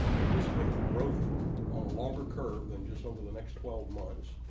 anticipate the growth or longer curve than just over the next twelve months,